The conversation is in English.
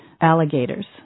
alligators